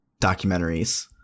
Documentaries